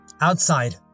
Outside